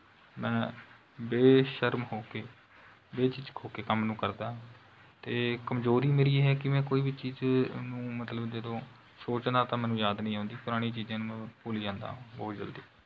ਮੈਂ ਬੇਸ਼ਰਮ ਹੋ ਕੇ ਬੇਝਿਜਕ ਹੋ ਕੇ ਕੰਮ ਨੂੰ ਕਰਦਾ ਹਾਂ ਅਤੇ ਕਮਜ਼ੋਰੀ ਮੇਰੀ ਇਹ ਹੈ ਕਿ ਮੈਂ ਕੋਈ ਵੀ ਚੀਜ਼ ਨੂੰ ਮਤਲਬ ਜਦੋਂ ਸੋਚਦਾ ਤਾਂ ਮੈਨੂੰ ਯਾਦ ਨਹੀਂ ਆਉਂਦੀ ਪੁਰਾਣੀਆਂ ਚੀਜ਼ਾਂ ਨੂੰ ਮੈਂ ਭੁੱਲ ਜਾਂਦਾ ਹਾਂ ਬਹੁਤ ਜਲਦੀ